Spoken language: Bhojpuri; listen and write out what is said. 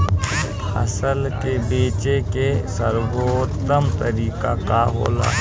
फसल के बेचे के सर्वोत्तम तरीका का होला?